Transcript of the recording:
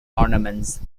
ornaments